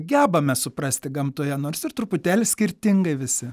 gebame suprasti gamtoje nors ir truputėlį skirtingai visi